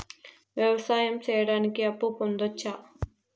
వ్యవసాయం సేయడానికి అప్పు పొందొచ్చా?